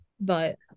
But-